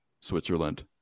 Switzerland